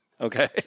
Okay